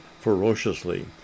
ferociously